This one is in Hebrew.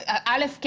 כן,